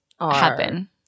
happen